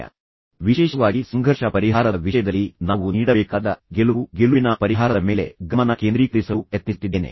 ಮತ್ತು ನಾನು ವಿಶೇಷವಾಗಿ ಸಂಘರ್ಷ ಪರಿಹಾರದ ವಿಷಯದಲ್ಲಿ ನಾವು ನೀಡಬೇಕಾದ ಗೆಲುವು ಗೆಲುವಿನ ಪರಿಹಾರದ ಮೇಲೆ ಗಮನ ಕೇಂದ್ರೀಕರಿಸಲು ಪ್ರಯತ್ನಿಸುತ್ತಿದ್ದೇನೆ